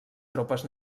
tropes